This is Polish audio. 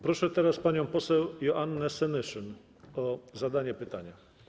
Proszę teraz panią poseł Joannę Senyszyn o zadanie pytania.